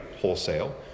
Wholesale